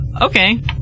okay